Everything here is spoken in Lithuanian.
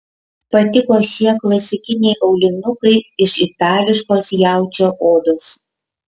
patiko šie klasikiniai aulinukai iš itališkos jaučio odos